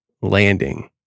landing